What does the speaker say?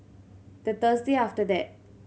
the Thursday after that